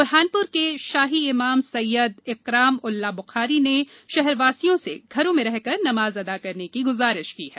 ब्रहानपुर के शाही इमाम सैयद इकराम उल्ला बुखारी ने शहरवासियों से घरों में रहकर नमाज अदा करने की गुजारिश की है